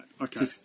Okay